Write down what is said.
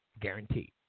Guaranteed